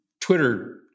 Twitter